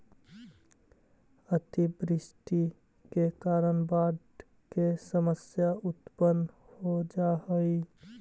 अतिवृष्टि के कारण बाढ़ के समस्या उत्पन्न हो जा हई